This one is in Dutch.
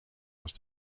was